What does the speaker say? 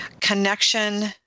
Connection